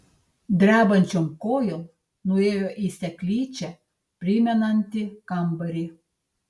drebančiom kojom nuėjo į seklyčią primenantį kambarį